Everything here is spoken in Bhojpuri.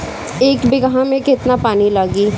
एक बिगहा में केतना पानी लागी?